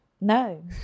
No